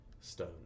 stone